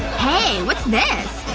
hey, what's this?